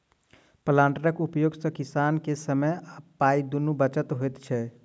प्लांटरक उपयोग सॅ किसान के समय आ पाइ दुनूक बचत होइत छै